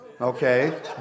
Okay